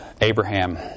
Abraham